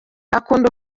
akunda